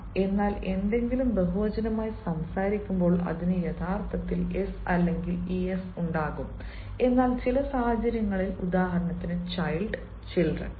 അതിനാൽ എന്തെങ്കിലും ബഹുവചനമായി സംസാരിക്കുമ്പോൾ അതിന് യഥാർത്ഥത്തിൽ "s" അല്ലെങ്കിൽ "es" ഉണ്ടാകും എന്നാൽ ചില സാഹചര്യങ്ങളിൽ ഉദാഹരണത്തിന് ചൈൽഡ് ചിൽഡ്രൺ